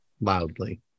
loudly